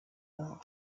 war